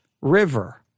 river